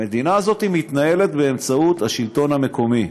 המדינה הזאת מתנהלת באמצעות השלטון המקומי.